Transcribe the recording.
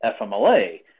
FMLA